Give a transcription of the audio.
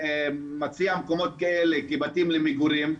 מציע מקומות כאלה כבתים למגורים,